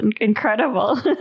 incredible